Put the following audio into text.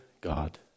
God